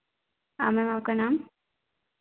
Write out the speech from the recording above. हाँ मैम आपका नाम